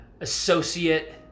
associate